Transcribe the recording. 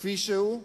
כפי שהוא,